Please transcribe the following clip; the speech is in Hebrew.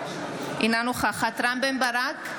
אינה נוכחת רם בן ברק,